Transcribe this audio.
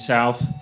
South